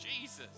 Jesus